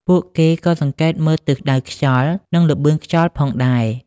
ពួកគេក៏សង្កេតមើលទិសដៅខ្យល់ និងល្បឿនខ្យល់ផងដែរ។